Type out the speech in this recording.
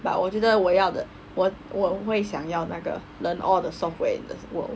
but 我觉得我要的我我会想要那个 learn all the software in this world